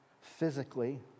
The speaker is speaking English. physically